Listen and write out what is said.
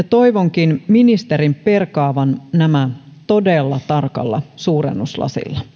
toivonkin ministerin perkaavan nämä todella tarkalla suurennuslasilla